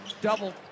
Double